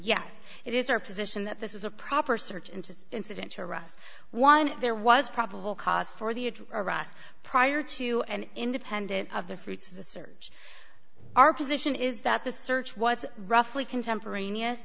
yes it is our position that this was a proper search into the incident to russ one there was probable cause for the us prior to and independent of the fruits of the search our position is that the search was roughly contemporaneous